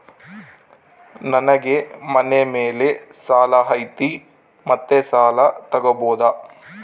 ನನಗೆ ಮನೆ ಮೇಲೆ ಸಾಲ ಐತಿ ಮತ್ತೆ ಸಾಲ ತಗಬೋದ?